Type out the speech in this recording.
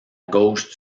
gauche